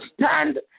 stand